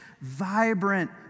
vibrant